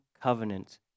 covenant